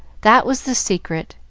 that was the secret,